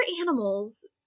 animals